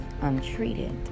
untreated